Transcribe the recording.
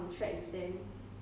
sometimes